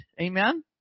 Amen